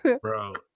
bro